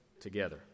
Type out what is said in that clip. together